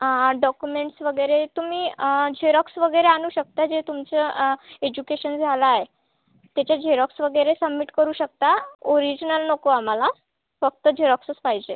documents वगैरे तुम्ही xerox वगैरे आणू शकता जे तुमचं एजुकेशन झालं आहे त्याची झेरॉक्स वगैरे सममिट करू शकता ओरिजिनल नको आम्हाला फक्त झेरॉक्सच पाहिजे